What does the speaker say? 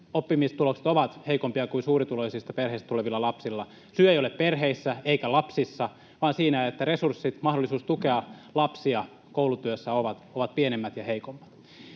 oppimistulokset ovat heikompia kuin suurituloisista perheistä tulevilla lapsilla. Syy ei ole perheissä eikä lapsissa vaan siinä, että resurssit, mahdollisuus tukea lapsia koulutyössä, ovat pienemmät ja heikommat.